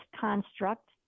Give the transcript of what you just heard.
construct